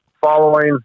following